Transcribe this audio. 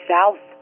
South